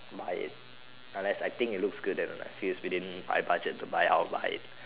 buy it unless I think it looks good then it feels within my budget to buy I will buy it